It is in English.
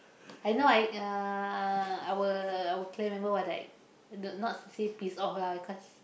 I know I uh our our clan member was like not say pissed off lah because